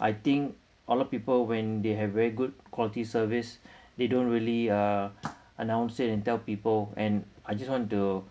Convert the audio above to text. I think a lot people when they have very good quality service they don't really uh announced it and tell people and I just want to